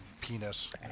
penis